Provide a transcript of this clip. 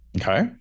Okay